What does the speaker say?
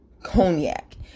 cognac